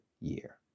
year